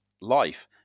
life